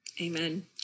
Amen